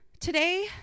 today